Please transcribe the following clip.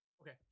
Okay